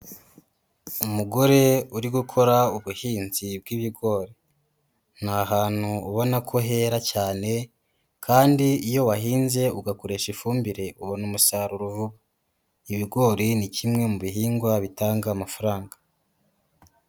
Umugore uri gukora ubuhinzi bw'ibigori, ni ahantu ubona ko hera cyane kandi iyo wahinze ugakoresha ifumbire ubona umusaruro vuba, ibigori ni kimwe mu bihingwa bitanga amafaranga.